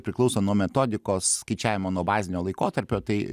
priklauso nuo metodikos skaičiavimo nuo bazinio laikotarpio tai